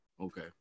okay